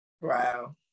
Wow